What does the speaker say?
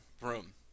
room